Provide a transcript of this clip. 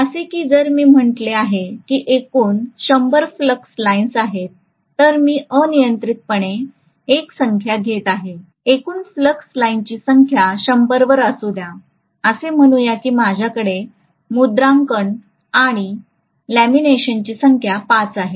असे की जर मी असे म्हटले आहे की एकूण 100 फ्लक्स लाइन्स आहेत तर मी अनियंत्रितपणे एक संख्या घेत आहे तर एकूण फ्लक्स लाइन्स ची संख्या १०० वर असू द्या असे म्हणू या की माझ्याकडे मुद्रांकन किंवा लॅमिनेशनची संख्या ५ आहे